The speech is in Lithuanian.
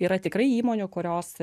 yra tikrai įmonių kurios